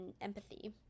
empathy